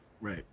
Right